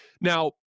now